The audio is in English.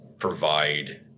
provide